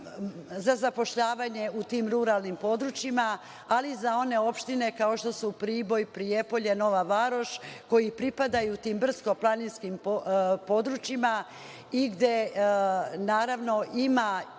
za zapošljavanje u tim ruralnim područjima, ali i za one opštine kao što su Priboj, Prijepolje, Nova Varoš, koje pripadaju tim brdsko planinskim područjima i gde naravno ima